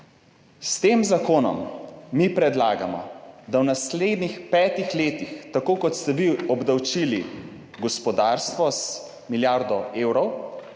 S tem zakonom mi predlagamo, da v naslednjih petih letih, tako kot ste vi obdavčili gospodarstvo z milijardo evrov